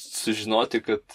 sužinoti kad